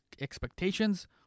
expectations